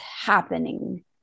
happening